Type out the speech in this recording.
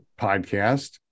podcast